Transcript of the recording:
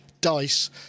dice